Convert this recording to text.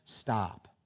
stop